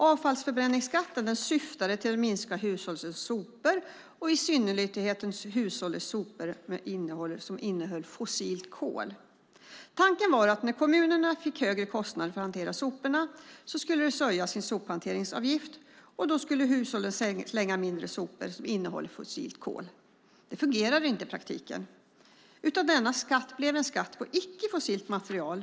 Avfallsförbränningsskatten syftade till att minska hushållens sopor, i synnerhet hushållssopor innehållande fossilt kol. Tanken var att när kommunerna fick högre kostnader för att hantera soporna skulle kommunerna höja sophanteringsavgiften. Då skulle hushållen slänga mindre sopor innehållande fossilt kol. I praktiken fungerade det inte, utan avfallsförbränningsskatten blev en skatt på icke-fossilt material.